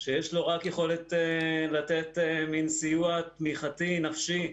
שיש לו רק יכולת לתת מעין סיוע תמיכתי, נפשי,